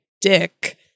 dick